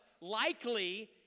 Likely